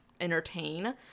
entertain